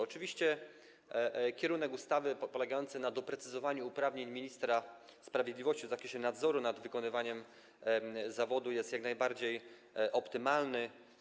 Oczywiście kierunek, w którym zmierza ustawa, polegający na doprecyzowaniu uprawnień ministra sprawiedliwości w zakresie nadzoru nad wykonywaniem zawodu, jest jak najbardziej optymalny.